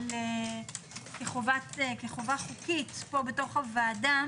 כחובה חוקית בתוך הוועדה,